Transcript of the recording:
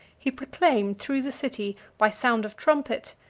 he proclaimed through the city, by sound of trumpet,